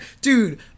Dude